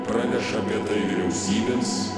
praneša apie tai vyriausybėms